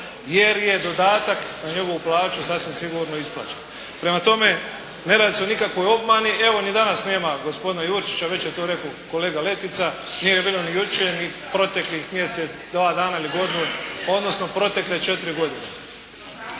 jer je dodatak na njegovu plaću sasvim sigurno isplaćen. Prema tome ne radi se o nikakvoj obmani. Evo ni danas nema gospodina Jurčića, već je to rekao kolega Letica. Nije ga bilo ni jučer ni proteklih mjesec, dva dana ili godinu odnosno protekle četiri godine.